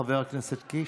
חבר הכנסת קיש,